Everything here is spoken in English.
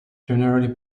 generally